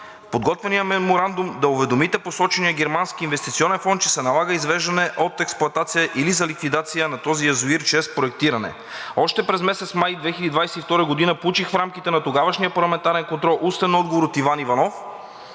подготвеният меморандум да уведомите посочения германски инвестиционен фонд, че се налага извеждане от експлоатация или ликвидация на този язовир чрез проектиране. Още през месец май 2022 г. получих в рамките на тогавашния парламентарен контрол устен отговор от Иван Иванов,